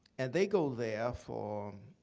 and they go there for